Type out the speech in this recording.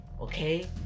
Okay